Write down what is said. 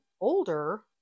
older